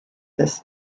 this